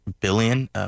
billion